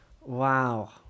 Wow